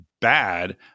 bad